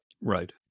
Right